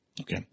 okay